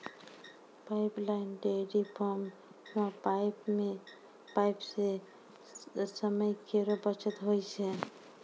pipeline dairy farm म pipe सें समय केरो बचत होय छै